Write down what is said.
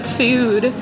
food